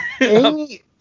Amy